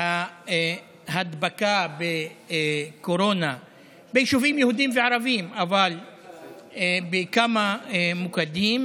ההדבקה בקורונה ביישובים יהודיים וערביים אבל בכמה מוקדים,